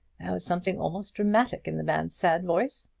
was something almost dramatic in the man's sad voice,